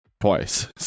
twice